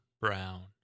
Brown